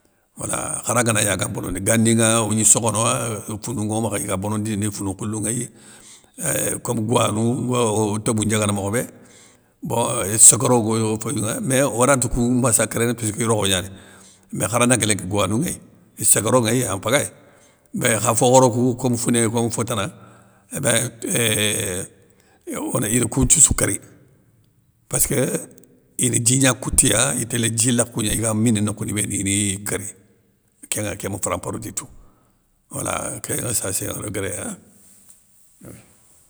Wala khara ganagna ga bonondi ganinŋa, ogni sokhono wa euuh founou nŋo makha iga bonondindi, founou nkhoulou nŋéy éuuh kom gouwanou, ouro o tébou ndiagana mokhobé, bon séguero go go o féyounŋa, mé oranta kou massacréné puisski rokho gnani, mé kharan nda nké lénki gouwanou nŋéy, issagaro nŋéy an mpagayé, mé kha fo khoro koukou kom founé, kom fotana, ébein ir kounthioussou kéri passkeu, ine dji gna koutiya, itélé dji lakhou gna iga mini nokhouni béni, ini i kéri, kénŋa kém frampro di tou, wala kénŋa sa sé un regré,.